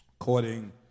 According